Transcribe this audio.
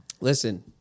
Listen